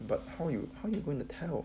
but how you how you going to tell